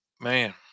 man